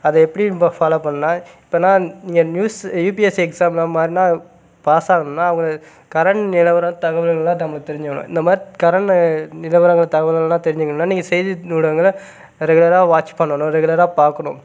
அதை எப்படி நம்ம ஃபாலோ பண்ணணுனா இப்போ நான் இங்கே நியூஸ் யுபிஎஸ்சி எக்ஸாம்லாம் மாதிரினா பாஸாகணுனால் அவங்க கரண்ட் நிலவர தகவல்கள்லாம் நம்மளுக்கு தெரிஞ்சிருக்கணும் இந்தமாதிரி கரண்டு நிலவரங்கள் தகவல்கள் எல்லாம் தெரிஞ்சிக்கணுனால் நீங்கள் செய்தி ஊடகங்களை ரெகுலராக வாட்ச் பண்ணணும் ரெகுலராக பார்க்கணும்